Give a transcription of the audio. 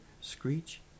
screech